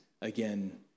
again